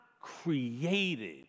created